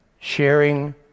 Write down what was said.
sharing